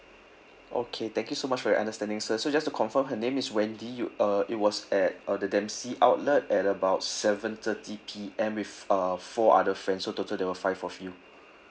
okay thank you so much for your understanding sir so just to confirm her name is wendy you uh it was at uh the dempsey outlet at about seven thirty P_M with uh four other friends so total there were five of you